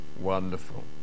Wonderful